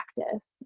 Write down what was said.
practice